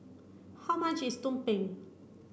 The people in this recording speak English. how much is Tumpeng